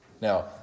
Now